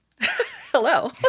Hello